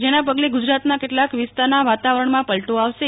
જેના પગલે ગુજરાતના કેટલાંક વિસ્તારના વાતાવરણમાં પલટો આવશે